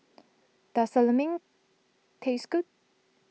does Lemang taste good